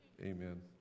amen